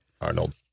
Arnold